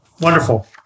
Wonderful